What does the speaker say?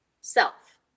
self